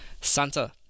Santa